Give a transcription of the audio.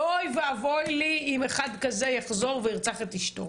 ואוי ואבוי לי אם אחד כזה יחזור וירצח את אשתו.